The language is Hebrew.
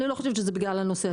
אני לא חושבת שזה בגלל הנושא הזה.